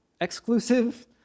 Exclusive